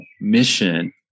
mission